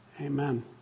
amen